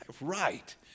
Right